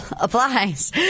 applies